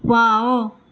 wow